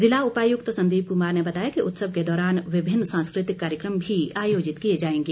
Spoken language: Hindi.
जिला उपायुक्त संदीप कुमार ने बताया कि उत्सव के दौरान विभिन्न सांस्कृतिक कार्यक्रम भी आयोजित किए जाएंगे